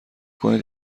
کنید